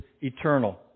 eternal